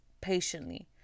patiently